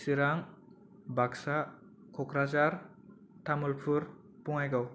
Chirang Baksa Kokrajhar Tamulpur Bongaigaon